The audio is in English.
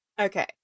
Okay